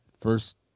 first